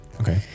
Okay